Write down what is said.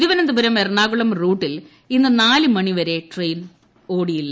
തിരുവനന്തപുരം എറണാകുളം റൂട്ടിൽ ഇന്ന് നാല് മണിവരെ ട്രെയിൻ ഓടില്ല